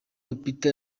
lupita